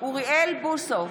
אוריאל בוסו,